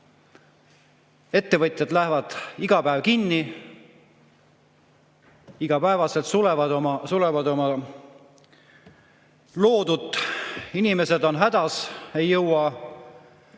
Ettevõtted lähevad iga päev kinni, iga päev sulevad oma loodut. Inimesed on hädas, ei saa